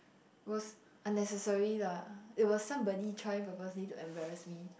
was unnecessary lah it was somebody trying purposely to embarrass me